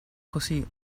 così